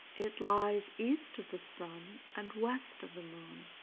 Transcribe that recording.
it lies east of the sun and west of the moon,